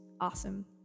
awesome